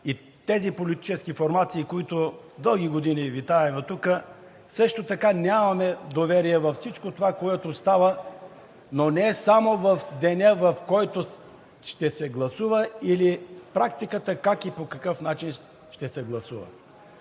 и тези политически формации, които дълги години витаем тук, също така нямаме доверие във всичко това, което става, но не само в деня, в който ще се гласува, или в практиката как и по какъв начин ще се гласува.